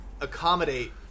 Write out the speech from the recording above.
accommodate